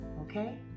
Okay